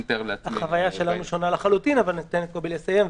החוויה שלנו שונה לחלוטין אבל ניתן לקובי לסיים.